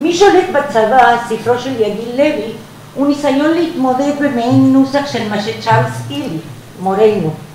"מי שולט בצבא", ספרו של יגיל לוי, הוא ניסיון להתמודד במעין נוסח של מה שצ'רלס ??, מורנו.